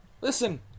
Listen